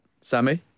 Sammy